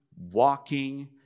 walking